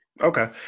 Okay